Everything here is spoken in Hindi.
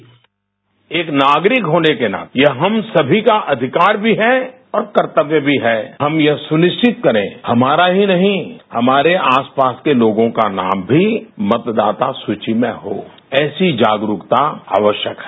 साउंड बाईट एक नागरिक होने के नाते यह हम सभी का अधिकार भी है और कर्तव्य भी है हम यह सुनिश्चित करें हमारा ही नहीं हमारे आस पास के लोगों का नाम भी मतदाता सुची में हो ऐसी जागरूकता आवश्यक है